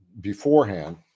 beforehand